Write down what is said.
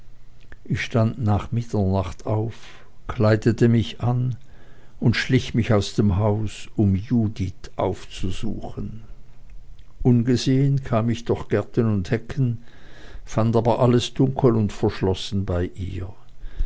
ich stand nach mitternacht auf kleidete mich an und schlich mich aus dem hause um judith aufzusuchen ungesehen kam ich durch gärten und hecken fand aber alles dunkel und verschlossen bei ihr